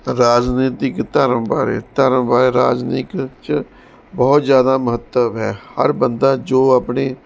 ਰਾਜਨੀਤਿਕ ਧਰਮ ਬਾਰੇ ਧਰਮ ਬਾਰੇ ਰਾਜਨੀਕ 'ਚ ਬਹੁਤ ਜ਼ਿਆਦਾ ਮਹੱਤਵ ਹੈ ਹਰ ਬੰਦਾ ਜੋ ਆਪਣੇ